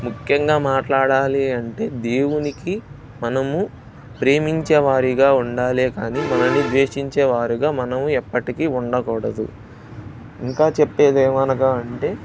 ముఖ్యంగా మాట్లాడాలి అంటే దేవునికి మనము ప్రేమించే వారిగా ఉండాలి కానీ మనని ద్వేషించే వారుగా మనము ఎప్పటికి ఉండకూడదు ఇంకా చెప్పేది ఏమనగా అంటే